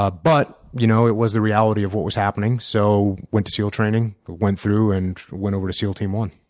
ah but you know it was the reality of what was happening. so i went to seal training, but went through and went over to seal team one.